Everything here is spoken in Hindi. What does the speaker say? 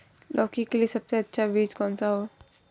लौकी के लिए सबसे अच्छा बीज कौन सा है?